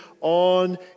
on